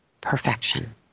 perfection